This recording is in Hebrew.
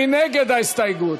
מי נגד ההסתייגות?